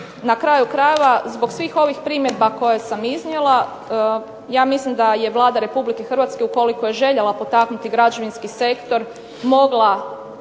na kraju krajeva zbog svih ovih primjedba koje sam iznijela ja mislim da je Vlada Republike Hrvatske ukoliko je željela potaknuti građevinski sektor mogla